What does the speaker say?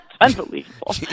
unbelievable